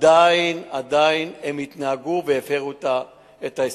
עדיין הם התנהגו והפירו את הסיכום.